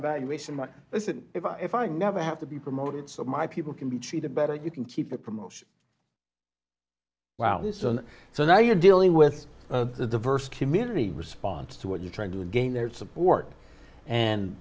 valuation like this and if i never have to be promoted so my people can be treated better you can keep a promotion wow this is so now you're dealing with the diverse community response to what you're trying to gain their support and